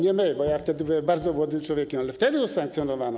Nie my, bo ja wtedy byłem bardzo młodym człowiekiem, ale wtedy to usankcjonowano.